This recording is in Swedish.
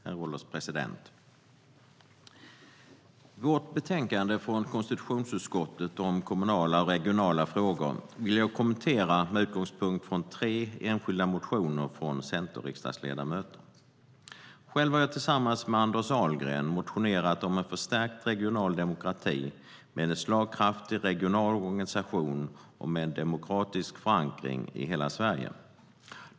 Herr ålderspresident! Vårt betänkande från konstitutionsutskottet om kommunala och regionala frågor vill jag kommentera med utgångspunkt i tre enskilda motioner från centerriksdagsledamöter. Själv har jag tillsammans med Anders Ahlgren motionerat om en förstärkt regional demokrati med en slagkraftig regional organisation med demokratisk förankring i hela Sverige.